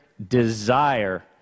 desire